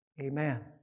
Amen